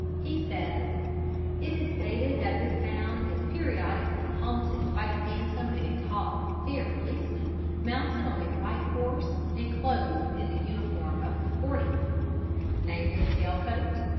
he says it is stated that this town is periodically haunted by the phantom of a tall, fair policeman mounted on a white horse and clothed in the uniform of the forties namely, tail coat,